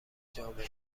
جامعه